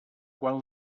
quan